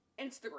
Instagram